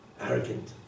arrogant